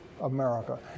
America